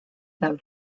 del